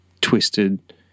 twisted